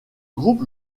groupe